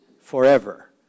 forever